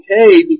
okay